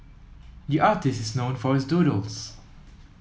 the artist is known for his doodles